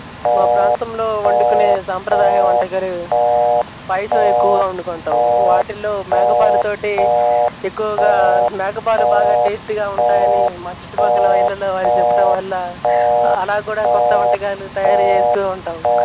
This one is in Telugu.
మా ప్రాంతంలో వండుకునే సాంప్రదాయ వంటకలు పాయసం ఎక్కువగా వండుకుంటాం వాటిల్లో మేక పాలుతో ఎక్కువగా మేక పాలు బాగా టేస్టీగా ఉంటాయని మా చుట్టూ పక్కల ఇళ్ళల్లో వాళ్ళు చెప్పటం వల్లా అలా కూడా కొత్త వంటకాలు తయారు చేస్తూ ఉంటాము